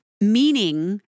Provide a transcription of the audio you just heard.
meaning